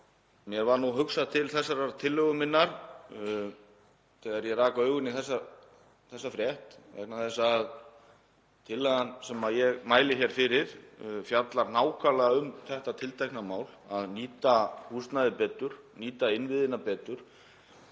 Mér varð hugsað til þessarar tillögu minnar þegar ég rak augun í þessa frétt vegna þess að tillagan sem ég mæli hér fyrir fjallar nákvæmlega um þetta tiltekna mál, að nýta húsnæðið betur, nýta innviðina betur